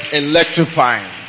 electrifying